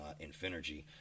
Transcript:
Infinergy